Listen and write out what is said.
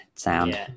sound